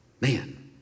man